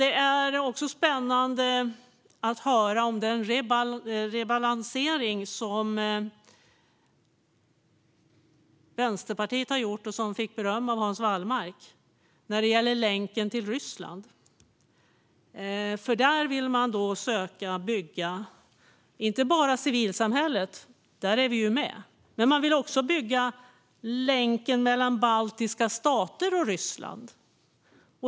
Det är också spännande att höra om den rebalansering som Vänsterpartiet har gjort och som fick beröm av Hans Wallmark när det gäller länken till Ryssland. Där vill man söka bygga inte bara civilsamhället - för där är vi med - utan också länken mellan baltiska stater och Ryssland.